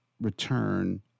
return